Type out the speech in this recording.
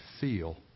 feel